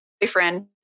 boyfriend